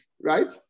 right